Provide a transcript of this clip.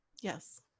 yes